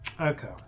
Okay